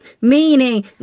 meaning